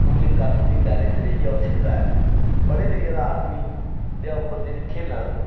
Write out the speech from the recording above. पूरे कनूनी दायरे च रेहियै ओह् सिखदा ऐ पढ़े लिखे दा आदमी दे उप्पर जेह्ड़ी खेलां न